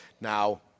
Now